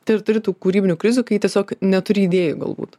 tai ar turi tų kūrybinių krizių kai tiesiog neturi idėjų galbūt